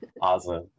Awesome